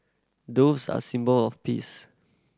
doves are symbol of peace